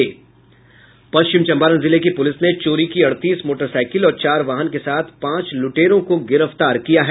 पश्चिम चम्पारण जिले की पुलिस ने चोरी की अड़तीस मोटरसाइकिल और चार वाहन के साथ पांच लूटेरो को गिरफ्तार किया है